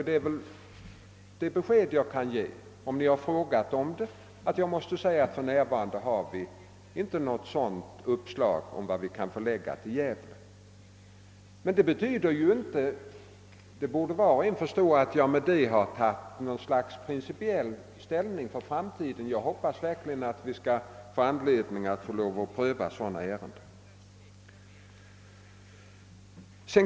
Det enda svar jag kan ge på era frågor måste väl vara att vi för närvarande inte har något uppslag beträffande vad som skulle kunna förläggas till Gävle. Det betyder emellertid inte — det borde var och en begripa — att jag därmed har tagit något slags principiell ställning för framtiden. Jag hoppas verkligen att vi skall få anledning att pröva sådana ärenden.